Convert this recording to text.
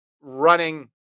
running